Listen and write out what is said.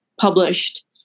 published